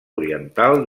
oriental